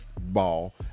ball